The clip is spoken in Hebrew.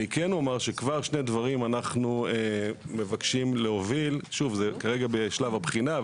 יש שני דברים שאנחנו מבקשים להוביל זה כרגע נמצא בשלב הבחינה,